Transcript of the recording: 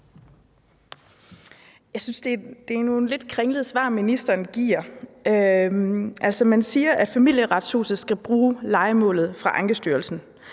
det er nogle lidt kringlede svar, ministeren giver. Man siger, at Familieretshuset skal bruge lejemålet fra Ankestyrelsen,